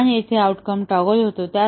आणि येथे outcome toggle होतो